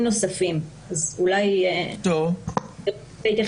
ואם זה לא אז תאמרו לו שערעור צריך להימסר.